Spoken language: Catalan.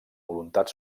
voluntat